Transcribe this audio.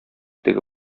теге